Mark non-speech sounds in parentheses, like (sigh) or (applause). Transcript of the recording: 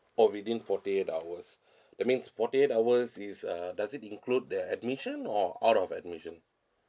oh within forty eight hours (breath) that means forty eight hours is uh does it include the admission or out of admission